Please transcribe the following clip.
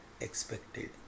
expected